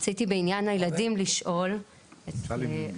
רציתי בעניין הילדים לשאול אדוני,